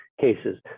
cases